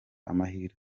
amahirwe